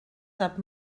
sap